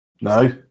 No